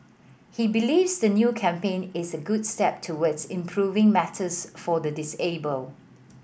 he believes the new campaign is a good step towards improving matters for the disabled